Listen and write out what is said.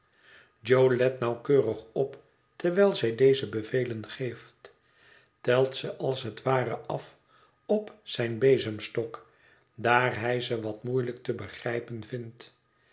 et nauwkeurig op terwijl zij deze bevelen geeft telt ze als het ware af op zijn bezemstok daar hij ze wat moeielijk te begrijpen vindt